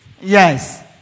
Yes